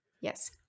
Yes